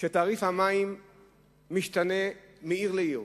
שתעריף המים משתנה מעיר לעיר,